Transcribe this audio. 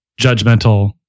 judgmental